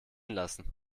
lassen